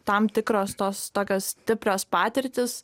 tam tikros tos tokios stiprios patirtys